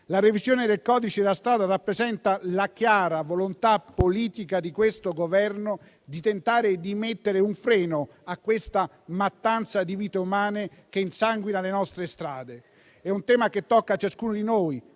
La revisione del codice della strada rappresenta la chiara volontà politica di questo Governo di tentare di mettere un freno a questa mattanza di vite umane che insanguina le nostre strade. È un tema che tocca ciascuno di noi;